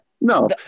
No